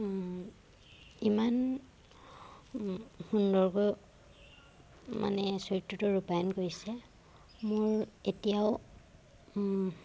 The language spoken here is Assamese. ইমান সুন্দৰকৈ মানে চৰিত্ৰটো ৰূপায়ণ কৰিছে মোৰ এতিয়াও